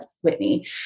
Whitney